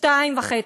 שתיים וחצי.